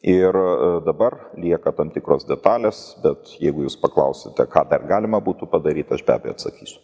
ir dabar lieka tam tikros detalės bet jeigu jūs paklausite ką dar galima būtų padaryt aš be abejo atsakysiu